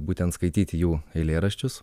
būtent skaityti jų eilėraščius